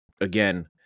again